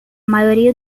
maioria